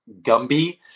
Gumby